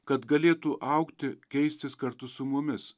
kad galėtų augti keistis kartu su mumis